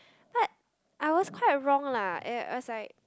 but I was quite wrong lah it was like